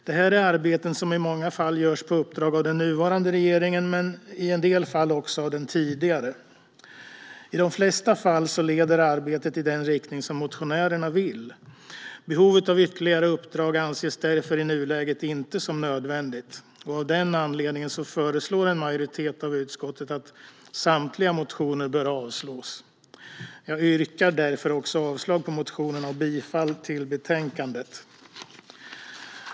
Detta är arbeten som i många fall görs på uppdrag av den nuvarande regeringen men i en del fall också den tidigare. I de flesta fall leder arbetet i den riktning som motionärerna vill. Det anses därför inte finnas behov av ytterligare uppdrag i nuläget. Av den anledningen föreslår en majoritet i utskottet att samtliga motioner avslås. Jag yrkar därför också avslag på motionerna och bifall till utskottets förslag.